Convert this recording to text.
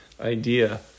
idea